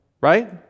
right